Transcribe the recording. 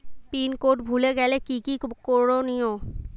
Pin code ভুলে গেলে কি কি করনিয়?